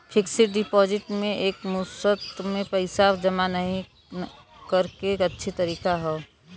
fixed deposit में एक मुश्त में पइसा जमा नाहीं करे क अच्छा तरीका हौ